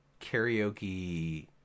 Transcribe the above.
karaoke